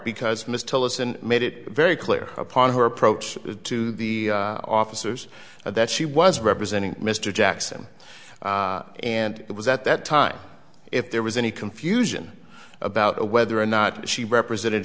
because ms tell us and made it very clear upon her approach to the officers that she was representing mr jackson and it was at that time if there was any confusion about whether or not she represented